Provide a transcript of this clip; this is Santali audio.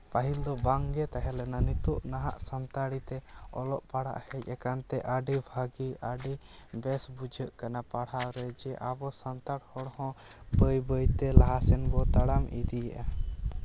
ᱯᱟᱹᱦᱤᱞ ᱫᱚ ᱵᱟᱝᱜᱮ ᱛᱟᱦᱮᱸ ᱞᱮᱱᱟ ᱱᱤᱛᱳᱜ ᱱᱟᱦᱟᱜ ᱥᱟᱱᱛᱟᱲᱤ ᱛᱮ ᱚᱞᱚᱜ ᱯᱟᱲᱦᱟᱜ ᱦᱮᱡ ᱟᱠᱟᱱ ᱛᱮ ᱟᱹᱰᱤ ᱵᱷᱟᱹᱜᱤ ᱟᱹᱰᱤ ᱵᱮᱥ ᱵᱩᱡᱷᱟᱹᱜ ᱠᱟᱱᱟ ᱯᱟᱲᱦᱟᱣ ᱨᱮ ᱡᱮ ᱟᱵᱚ ᱥᱟᱱᱛᱟᱲ ᱦᱚᱲᱦᱚᱸ ᱵᱟᱹᱭ ᱵᱟᱹᱭᱛᱮ ᱞᱟᱦᱟ ᱥᱮᱱ ᱵᱚᱱ ᱛᱟᱲᱟᱢ ᱤᱫᱤᱭᱮᱫᱟ